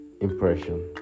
impression